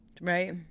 Right